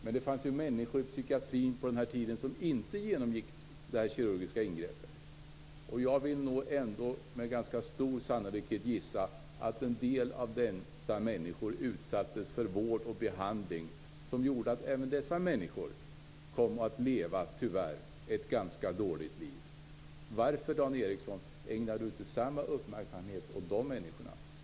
Men det fanns ju människor inom psykiatrin på den här tiden som inte genomgick detta kirurgiska ingrepp. Och jag vill nog med ganska stor sannolikhet gissa att en del av dessa människor utsattes för vård och behandling som gjorde att även dessa människor tyvärr kom att leva ett ganska dåligt liv. Varför ägnar inte Dan Ericsson dessa människor samma uppmärksamhet?